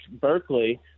Berkeley